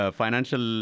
financial